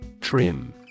Trim